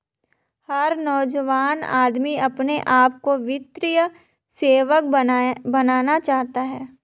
हर नौजवान आदमी अपने आप को वित्तीय सेवक बनाना चाहता है